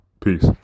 Peace